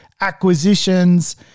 acquisitions